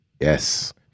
Yes